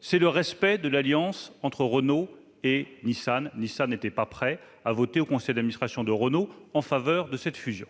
celle du respect de l'alliance entre Renault et Nissan. Nissan n'étant pas prêt à voter au conseil d'administration de Renault en faveur de cette fusion,